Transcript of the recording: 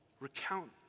Recount